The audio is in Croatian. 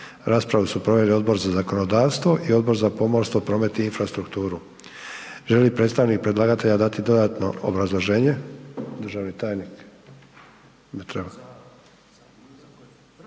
Raspravu su proveli Odbor za zakonodavstvo i Odbor za pomorstvo, promet i infrastrukturu. Želi li predstavnik predlagatelja dati dodatno obrazloženje?